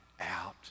out